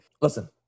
listen